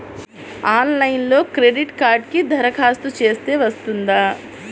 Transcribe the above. ఆన్లైన్లో క్రెడిట్ కార్డ్కి దరఖాస్తు చేస్తే వస్తుందా?